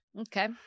Okay